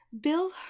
Bill